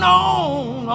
on